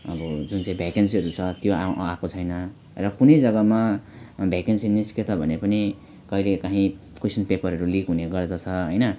अब जुन चाहिँ भ्याकेन्सीहरू छ त्यो आ आएको छैन र कुनै जग्गामा भ्याकेन्सी निस्कियो ता भने पनि कहिलेकाहीँ क्वैसन पेपरहरू लिक हुनेगर्दछ हैन